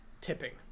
tipping